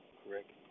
correct